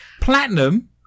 Platinum